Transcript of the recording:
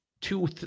two